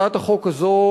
הצעת החוק הזאת,